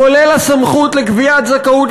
כולל הסמכות לגביית זכאות,